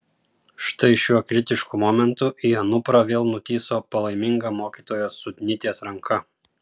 štai šiuo kritišku momentu į anuprą vėl nutįso palaiminga mokytojos sudnytės ranka